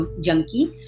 junkie